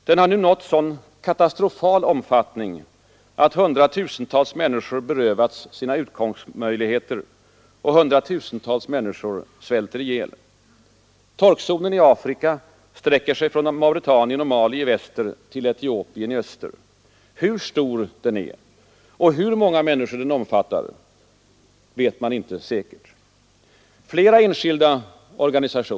Den har nu nått sådan katastrofal omfattning, att hundratusentals människor berövats sina utkomstmöjligheter och hundratusentals människor svälter ihjäl. Torkzonen i Afrika sträcker sig från Mauretanien och Mali i väster till Etiopien i öster. Hur stor den är och hur många människor den omfattar vet man inte säkert.